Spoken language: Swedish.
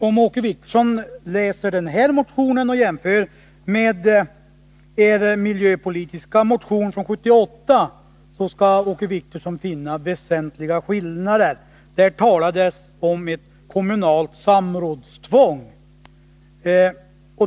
Om Åke Wictorsson jämför denna motion med socialdemokraternas miljöpolitiska motion från 1978, skall han finna väsentliga skillnader. Där talades det om ett kommunalt samrådstvång.